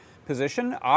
position